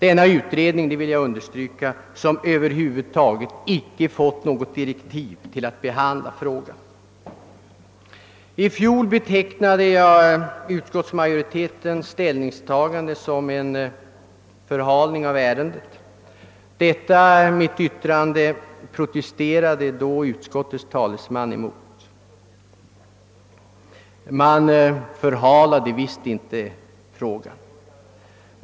Den utredningen har — som jag tidigare understrukit — inte fått något direktiv att behandla den här frågan. I fjol betecknade jag utskottsmajoritetens ställningstagande som en förhalning av ärendet. Detta yttrande protesterade då utskottets talesman emot. Man ansåg sig visst inte förhala frågan.